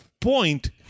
point